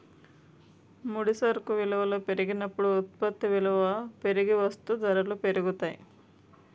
ముడి సరుకు విలువల పెరిగినప్పుడు ఉత్పత్తి విలువ పెరిగి వస్తూ ధరలు పెరుగుతాయి